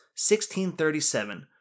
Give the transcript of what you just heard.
1637